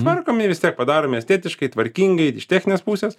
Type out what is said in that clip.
tvarkomi vis tiek padaromi estetiškai tvarkingai iš techninės pusės